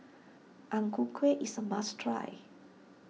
Ang Ku Kueh is a must try